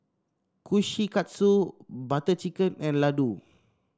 Kushikatsu Butter Chicken and Ladoo